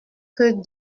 que